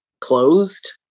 closed